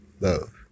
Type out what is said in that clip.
love